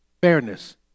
Fairness